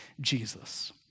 Jesus